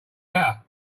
better